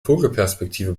vogelperspektive